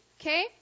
okay